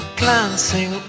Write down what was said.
glancing